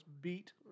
Beat